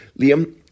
Liam